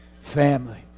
family